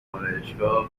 آرایشگاه